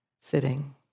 sitting